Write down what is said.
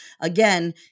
again